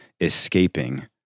escaping